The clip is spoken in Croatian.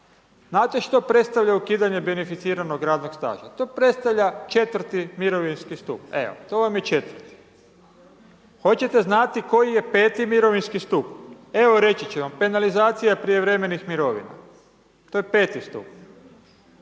Znate što predstavlja ukidanje beneficiranog radnog staža? To predstavlja 4.-ti mirovinski stup, evo to vam je četvrti. Hoćete znati koji je 5.-ti mirovinski stup? Evo reći ću vam, penalizacija prijevremenih mirovina. To je 5.-ti stup.